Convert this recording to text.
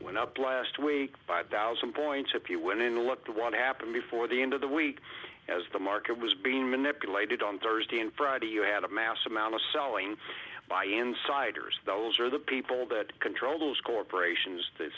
went up last week five thousand points if you went in to look to what happened before the end of the week as the market was being manipulated on thursday and friday you had a massive amount of selling by insiders those are the people that control those corporations the